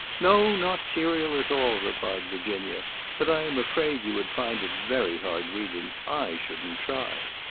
no, not serial at all! replied virginia but i am afraid you would find it very hard reading. i shouldn't try.